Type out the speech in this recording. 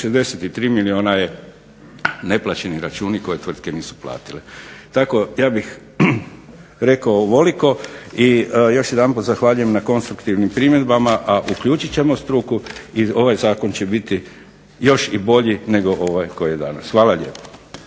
263 milijuna je neplaćeni računi koje tvrtke nisu platile. Tako, ja bih rekao ovoliko, i još jedanput zahvaljujem na konstruktivnim primjedbama, a uključit ćemo struku i ovaj zakon će biti još i bolji nego ovaj koji je danas. Hvala lijepo.